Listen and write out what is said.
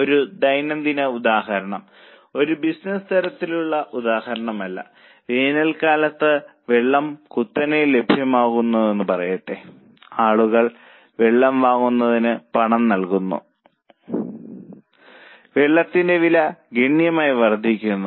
ഒരു ദൈനംദിന ഉദാഹരണം ഒരു ബിസിനസ്സ് തരത്തിലുള്ള ഉദാഹരണമല്ല വേനൽക്കാലത്ത് വെള്ളം കുത്തനെ ലഭ്യമാണെന്ന് പറയട്ടെ ആളുകൾ വെള്ളം വാങ്ങുന്നതിന് പണം നൽകുന്നു വെള്ളത്തിന്റെ വില ഗണ്യമായി വർദ്ധിക്കുന്നു